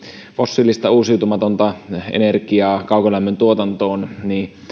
fossiilista uusiutumatonta energiaa kaukolämmön tuotantoon niin